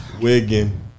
Wiggin